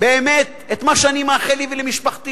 באמת את מה שאני מאחל לי ולמשפחתי,